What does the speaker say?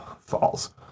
falls